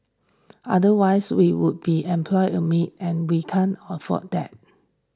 otherwise we would be employ a maid and we can afford that